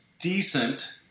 decent